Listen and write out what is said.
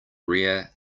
rare